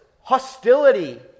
hostility